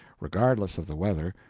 regardless of the weather,